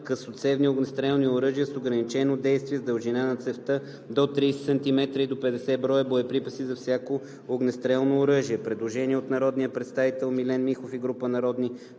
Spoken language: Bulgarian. късоцевни огнестрелни оръжия с ограничено действие с дължина на цевта до 30 сантиметра и до 50 броя боеприпаси за всяко огнестрелно оръжие.“ Предложение на народния представител Милен Михов и група народни представители: